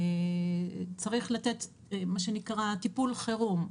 צריך לתת מה שנקרא "טיפול חירום",